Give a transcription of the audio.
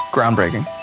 Groundbreaking